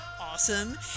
awesome